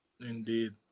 Indeed